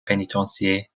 pénitencier